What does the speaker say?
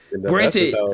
granted